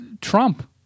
Trump